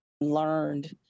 learned